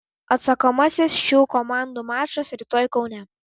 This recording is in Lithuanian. atsakomasis šių komandų mačas rytoj kaune